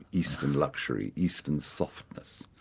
eastern luxury, eastern softness,